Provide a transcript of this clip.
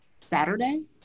Saturday